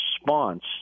response